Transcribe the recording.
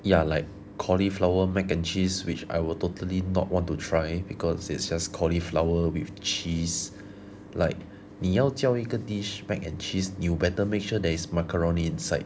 ya like cauliflower mac and cheese which I will totally not want to try because it's just cauliflower with cheese like 你要叫一个 dish mac and cheese you better make sure there is macaroni inside